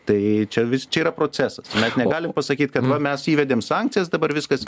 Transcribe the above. tai čia vis čia yra procesas mes negalim pasakyt kad va mes įvedėm sankcijas dabar viskas